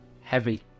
Heavy